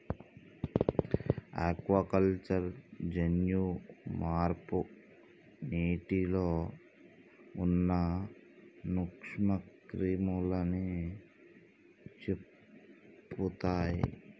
aquaculture జన్యు మార్పు నీటిలో ఉన్న నూక్ష్మ క్రిములని చెపుతయ్